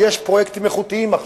ועכשיו יש פרויקטים איכותיים.